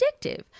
addictive